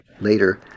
later